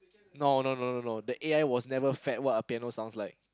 no no no no no the A_I was never fed what a piano sounds like